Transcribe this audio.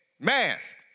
mask